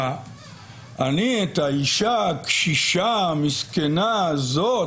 אני את האישה הקשישה המסכנה הזאת